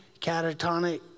catatonic